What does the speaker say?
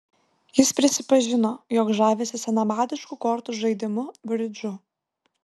jis prisipažino jog žavisi senamadišku kortų žaidimu bridžu